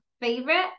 favorite